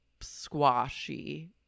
squashy